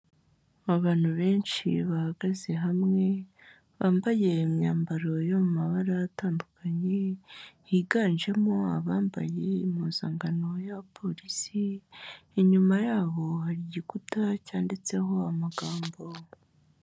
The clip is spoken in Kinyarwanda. Abantu benshi bahagaze hamwe, bambaye imyambaro yo mu mabara atandukanye, higanjemo abambaye impuzankano y'aba porisi, inyuma yabo hari igikuta cyanditseho amagambo.